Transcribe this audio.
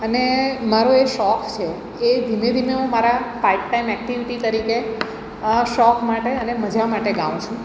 અને મારો એ શોખ છે એ ધીમે ધીમે હું મારા પાર્ટ ટાઈમ એક્ટિવિટી તરીકે શોખ માટે અને મજા માટે ગાઉં છું